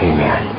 Amen